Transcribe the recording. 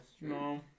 No